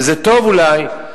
וזה טוב אולי,